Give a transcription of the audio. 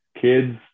Kids